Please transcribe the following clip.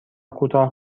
کوتاه